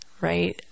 right